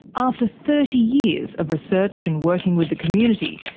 after thirty years of research and working with the community,